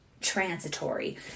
transitory